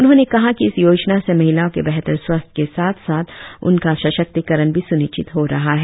उन्होंने कहा कि इस योजना से महिलाओं के बेहतर स्वास्थ्य के साथ साथ उनका सशक्तिकरण भी सुनिश्चित हो रहा है